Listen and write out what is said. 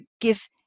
give